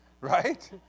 Right